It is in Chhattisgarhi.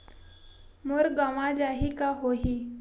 मोर गंवा जाहि का होही?